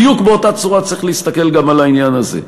בדיוק באותה צורה צריך להסתכל גם על העניין הזה.